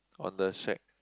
on the shack